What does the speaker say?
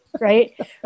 right